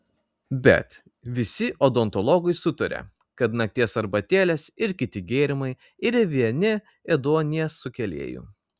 bet visi odontologai sutaria kad nakties arbatėlės ir kiti gėrimai yra vieni ėduonies sukėlėjų